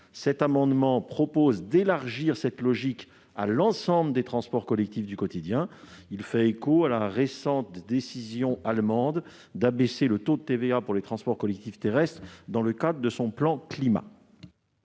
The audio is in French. part, nous proposons d'élargir cette logique à l'ensemble des transports collectifs du quotidien. Cet amendement fait écho à la récente décision allemande d'abaisser le taux de TVA sur les transports collectifs terrestres dans le cadre de son plan climat.